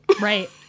Right